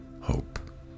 hope